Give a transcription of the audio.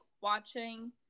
watching